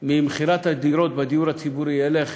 ממכירת הדירות בדיור הציבורי ילך